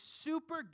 super